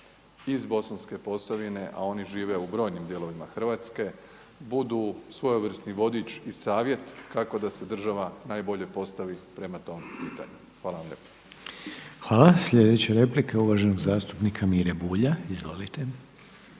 iz bosanske Posavine a oni žive u brojnim dijelovima Hrvatske budu svojevrsni vodič i savjet kako da se država najbolje postavi prema tom pitanju. Hvala vam lijepa. **Reiner, Željko (HDZ)** Hvala. Sljedeća replika je uvaženog zastupnika Mire Bulja. Izvolite.